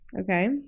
okay